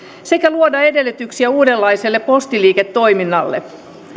sekä luoda edellytyksiä uudenlaiselle postiliiketoiminnalle